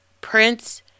prince